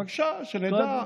בבקשה, שנדע.